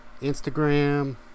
Instagram